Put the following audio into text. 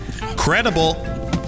Credible